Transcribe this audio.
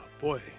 boy